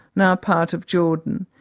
now part of jordan.